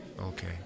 Okay